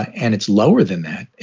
and it's lower than that.